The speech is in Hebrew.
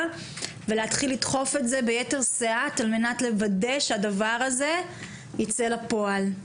ולהתחיל לדחוף ביתר שאת כדי שהדבר הזה ייצא לפועל.